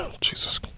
jesus